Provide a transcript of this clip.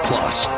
Plus